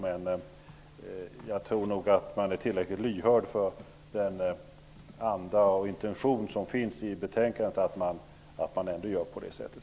Man är nog tillräckligt lyhörd för den anda och intention som finns i betänkandet, så att man gör ändå på det sättet.